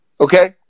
Okay